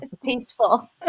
tasteful